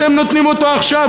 אתם נותנים אותו עכשיו,